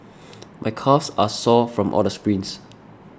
my calves are sore from all the sprints